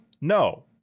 No